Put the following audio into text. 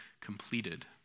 completed